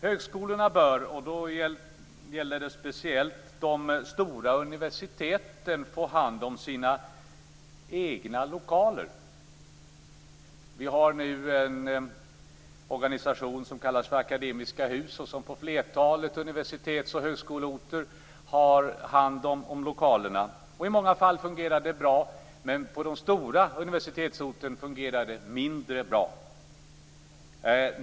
Högskolorna, speciellt de stora universiteten, bör få ha hand om sina egna lokaler. Vi har nu en organisation som kallas för Akademiska Hus och som på flertalet universitets och högskoleorter har hand om lokalerna. I många fall fungerar det bra men på stora universitetsorter fungerar det mindre bra.